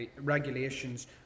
regulations